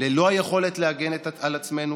ללא היכולת להגן על עצמנו,